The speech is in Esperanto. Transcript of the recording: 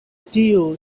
tio